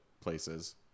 places